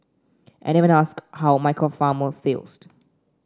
and even asked how Michael Palmer feels